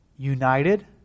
United